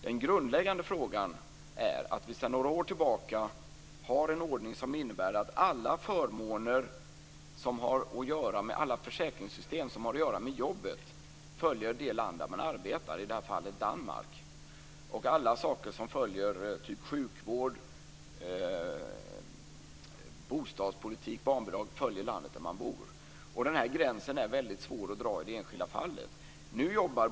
Den grundläggande frågan är att vi sedan några år tillbaka har en ordning som innebär att alla försäkringssystem som har att göra med jobbet följer det land där man arbetar, i det här fallet Danmark. Allt som gäller sjukvård, bostadspolitik och barnbidrag följer det land där man bor. Gränsen är svår att dra i det enskilda fallet.